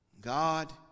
God